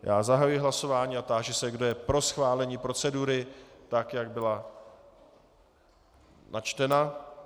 Já zahajuji hlasování a táži se, kdo je pro schválení procedury tak, jak byla načtena.